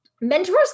mentors